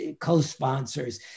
co-sponsors